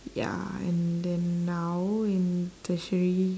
ya and then now in tertiary